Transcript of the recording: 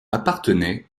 appartenait